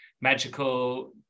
magical